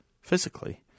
physically